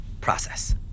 process